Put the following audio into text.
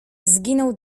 zginął